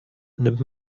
nimmt